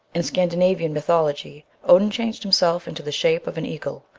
in scandi navian mythology, odin changed himself into the shape of an eagle,